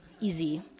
easy